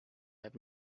have